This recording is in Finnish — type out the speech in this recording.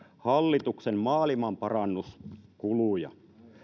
hallituksen maailmanparannuskuluja